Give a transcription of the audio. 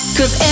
Cause